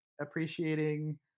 appreciating